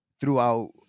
throughout